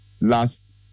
last